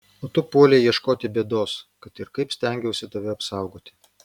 o tu puolei ieškoti bėdos kad ir kaip stengiausi tave apsaugoti